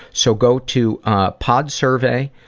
so go to ah podsurvey,